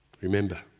Remember